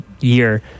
year